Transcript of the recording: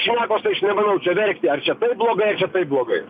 šnekos tai aš nemanau čia verkti ar čia blogai ar čia taip blogai